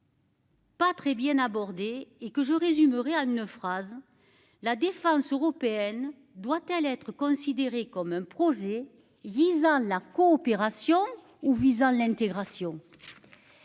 Pas très bien abordés et que je résumerai à une phrase. La défense européenne doit-elle être considérée comme un projet visant la coopération ou visant l'intégration.